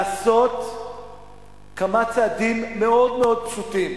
לעשות כמה צעדים מאוד מאוד פשוטים